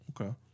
okay